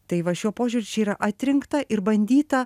tai va šiuo požiūriu čia yra atrinkta ir bandyta